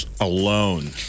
alone